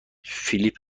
فیلیپ